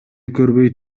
көрбөй